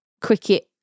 Cricket